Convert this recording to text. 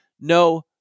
no